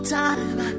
time